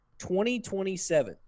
2027